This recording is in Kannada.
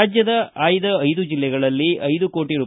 ರಾಜ್ಯದ ಆಯ್ದ ಐದು ಜಿಲ್ಲೆಗಳಲ್ಲಿ ಐದು ಕೋಟಿ ರೂ